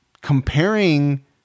comparing